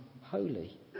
holy